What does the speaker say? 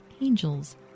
angels